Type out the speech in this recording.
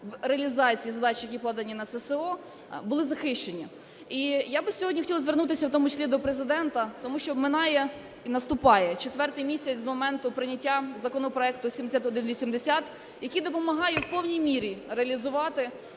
в реалізації задач, які покладені на ССО, були захищені. І я би сьогодні хотіла звернутися в тому числі до Президента, тому що минає і наступає четвертий місяць з моменту прийняття законопроекту 7180, який допомагає в повній мірі реалізувати